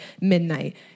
midnight